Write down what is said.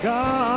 God